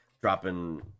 dropping